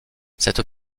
cette